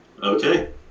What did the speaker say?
Okay